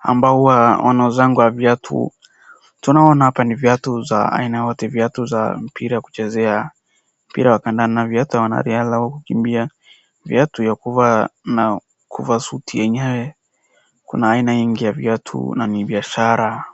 ambao huwa wanauzanga viatu tunaona hapa ni viatu za aina zote, viatu za mpira kuchezea mpira wa kandanda, viatu ya wanariadha kukimbia, viatu ya kuvaa suti yenyewe, kuna aina nyingi ya viatu na ni biashara.